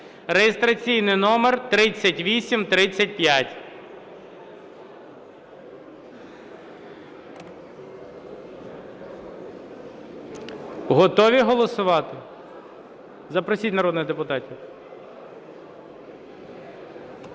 (реєстраційний номер 3835). Готові голосувати? Запросіть народних депутатів.